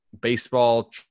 baseball